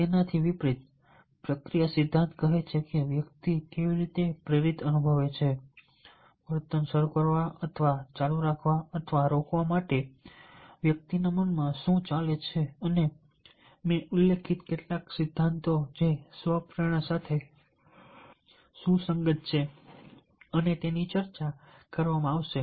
તેનાથી વિપરીત પ્રક્રિયા સિદ્ધાંત બોલે છે વ્યક્તિ કેવી રીતે પ્રેરિત અનુભવે છે વર્તન શરૂ કરવા ચાલુ રાખવા અથવા રોકવા માટે વ્યક્તિના મનમાં શું ચાલે છે અને મેં ઉલ્લેખિત કેટલાક સિદ્ધાંતો જે સ્વ પ્રેરણા સાથે સુસંગત છે અને તેની ચર્ચા કરવામાં આવશે